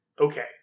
okay